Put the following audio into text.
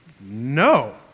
No